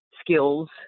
Skills